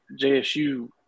JSU